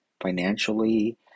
financially